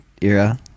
era